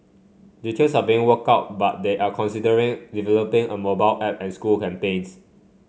details are being worked out but they are considering developing a mobile app and school campaigns